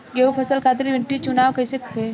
गेंहू फसल खातिर मिट्टी चुनाव कईसे होखे?